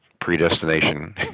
predestination